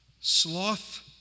sloth